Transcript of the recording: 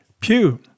Pew